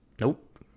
Nope